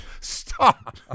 stop